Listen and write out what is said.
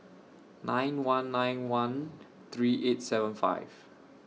nine one nine one three eight seven five